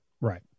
Right